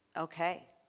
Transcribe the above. okay.